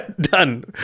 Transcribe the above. Done